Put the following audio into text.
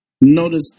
Notice